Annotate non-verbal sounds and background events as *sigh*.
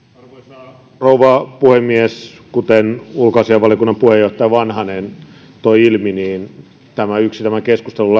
arvoisa rouva puhemies kuten ulkoasiainvaliokunnan puheenjohtaja vanhanen toi ilmi niin yksi tämän keskustelun *unintelligible*